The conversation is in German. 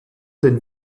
den